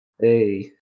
Hey